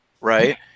right